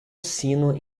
sino